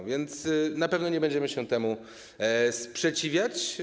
A więc na pewno nie będziemy się temu sprzeciwiać.